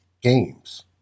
games